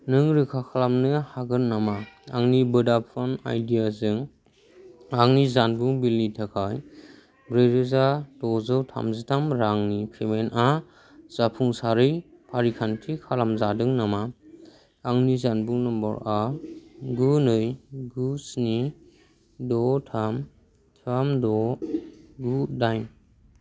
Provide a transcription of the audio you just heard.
नों रोखा खालामनो हागोन नामा आंनि भडाफन आइडिया जों आंनि जानबुं बिलनि थाखाय ब्रैरोजा द'जौ थामजि थाम रांनि पेमेन्ट आ जाफुंसारै फारिखान्थि खालामजादों नामा आंनि जानबुं नम्बरआ गु नै गु स्नि द' थाम थाम द' गु दाइन